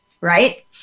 Right